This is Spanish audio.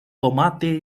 tomate